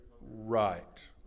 Right